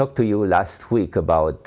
talk to you last week about